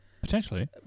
Potentially